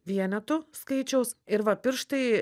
vienetu skaičiaus ir va pirštai